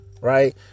Right